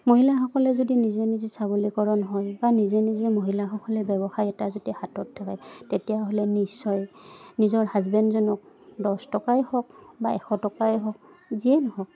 মহিলাসকলে যদি নিজে নিজে সবলীকৰণ হয় বা নিজে নিজে মহিলাসকলে ব্যৱসায় এটা যতিয়া হাতত থাকে তেতিয়াহ'লে নিশ্চয় নিজৰ হাজবেণ্ডজনক দহ টকাই হওক বা এশ টকাই হওক যিয়ে নহওক